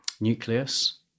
nucleus